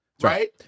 right